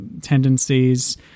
tendencies